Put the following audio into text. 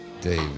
David